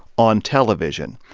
on television.